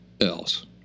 else